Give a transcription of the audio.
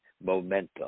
momentum